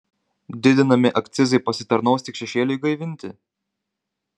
didinami akcizai pasitarnaus tik šešėliui gaivinti